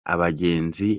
abagenzi